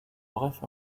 bref